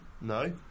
No